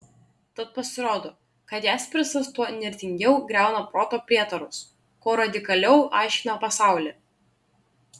tad pasirodo kad jaspersas tuo įnirtingiau griauna proto prietarus kuo radikaliau aiškina pasaulį